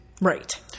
Right